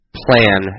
plan